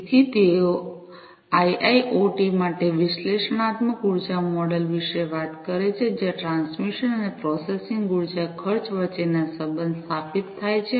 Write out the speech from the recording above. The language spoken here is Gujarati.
તેથી તેઓ આઈઆઈઑટી માટે વિશ્લેષણાત્મક ઊર્જા મોડલ મોડેલ વિશે વાત કરે છે જ્યાં ટ્રાન્સમિશન અને પ્રોસેસિંગ ઊર્જા ખર્ચ વચ્ચેનો સંબંધ સ્થાપિત થાય છે